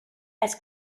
als